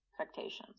expectations